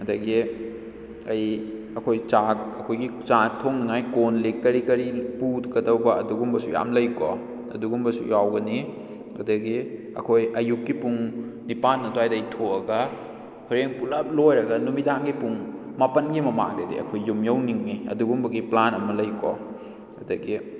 ꯑꯗꯒꯤ ꯑꯩ ꯑꯩꯈꯣꯏ ꯆꯥꯛ ꯑꯩꯈꯣꯏꯒꯤ ꯆꯥꯛ ꯊꯣꯡꯅꯤꯡꯉꯥꯏ ꯀꯣꯜ ꯂꯤꯛ ꯀꯔꯤ ꯀꯔꯤ ꯄꯨꯒꯗꯧꯕ ꯑꯗꯨꯒꯨꯝꯕꯁꯨ ꯌꯥꯝ ꯂꯩꯀꯣ ꯑꯗꯨꯒꯨꯝꯕꯁꯨ ꯌꯥꯎꯒꯅꯤ ꯑꯗꯒꯤ ꯑꯩꯈꯣꯏ ꯑꯌꯨꯛꯀꯤ ꯄꯨꯡ ꯅꯤꯄꯥꯟ ꯑꯗꯨꯋꯥꯏꯗꯒꯤ ꯊꯣꯛꯑꯒ ꯍꯣꯔꯦꯟ ꯄꯨꯂꯞ ꯂꯣꯏꯔꯒ ꯅꯨꯃꯤꯗꯥꯡꯒꯤ ꯄꯨꯡ ꯃꯥꯄꯟꯒꯤ ꯃꯃꯥꯡꯗꯗꯤ ꯑꯩꯈꯣꯏ ꯌꯨꯝ ꯌꯧꯅꯤꯡꯉꯤ ꯑꯗꯨꯒꯨꯝꯕꯒꯤ ꯄ꯭ꯂꯥꯟ ꯑꯃ ꯂꯩꯀꯣ ꯑꯗꯒꯤ